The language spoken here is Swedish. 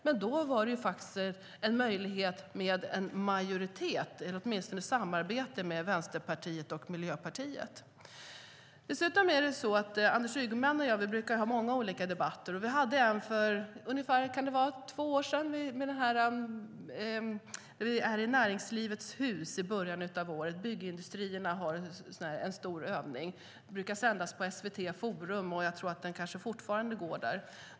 Men då fanns faktiskt en möjlighet till majoritet, eller åtminstone samarbete, med Vänsterpartiet och Miljöpartiet. Anders Ygeman och jag brukar ha många olika debatter. Vi hade en för ungefär två år sedan i Näringslivets Hus. Vi är där i början av året när byggindustrierna har en stor övning. Den brukar sändas på SVT Forum, och jag tror att den fortfarande går där.